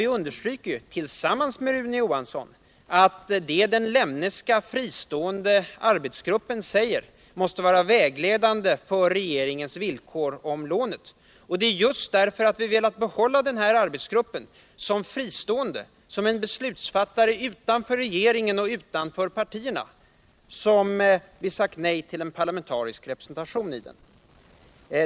Vi understryker, tillsammans med Rune Johansson, att det som den fristående Lemneska arbetsgruppen säger måste vara vägledande för regeringens villkor för lånet. Det är just därför att vi velat behålla arbetsgruppen såsom fristående beslutsfattare utanför regeringen och utanför partierna som vi sagt nej till en parlamentarisk representation i den.